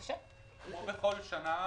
כמו בכל שנה,